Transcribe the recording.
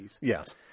Yes